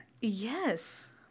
Yes